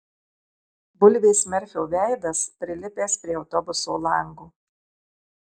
bulvės merfio veidas prilipęs prie autobuso lango